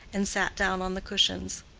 and sat down on the cushions.